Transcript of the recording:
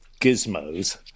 gizmos